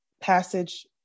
passage